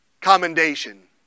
commendation